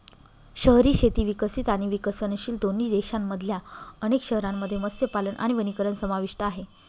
शहरी शेती विकसित आणि विकसनशील दोन्ही देशांमधल्या अनेक शहरांमध्ये मत्स्यपालन आणि वनीकरण समाविष्ट आहे